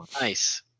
Nice